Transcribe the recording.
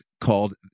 called